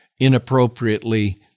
inappropriately